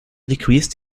decreased